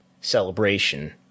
celebration